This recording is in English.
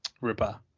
Ripper